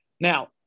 Now